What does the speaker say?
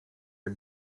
are